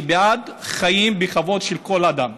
אני בעד חיים בכבוד לכל אדם.